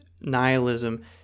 nihilism